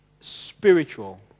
spiritual